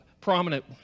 prominent